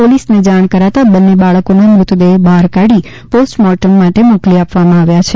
પોલીસને જાણ કરાતા બંને બાળકોના મુતદેહો બહાર કાઢી પોસ્ટમોર્ટમ માટે મોકલી આપવામાં આવ્યા છે